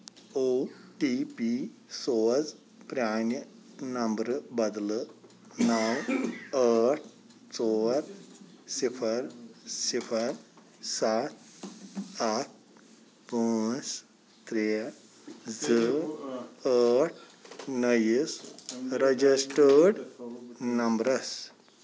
او T P سوز پرٛانہِ نمبرٕ بدلہٕ نو ٲٹھ ژور صِفر صِفر سَتھ اکھ پانژھ ترٛےٚ زٕ ٲٹھ نٔیِس ریجسٹٲرڈ نمبرَس